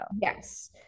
Yes